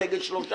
זה יגיד שלושה,